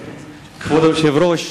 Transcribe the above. כבוד היושב-ראש,